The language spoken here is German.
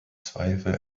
zweifel